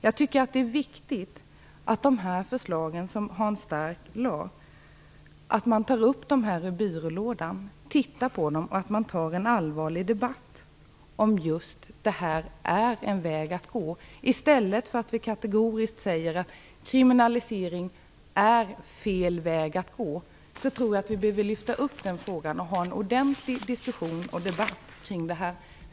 Jag tycker att det är viktigt att de förslag som Hans Stark lade fram tas upp ur byrålådan, att man tittar på dem och att man tar en allvarlig debatt om just detta är en väg att gå i stället för att vi kategoriskt säger att kriminalisering är fel väg. Vi behöver lyfta upp frågan och ha en ordentlig diskussion och debatt kring den.